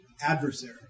adversary